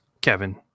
Kevin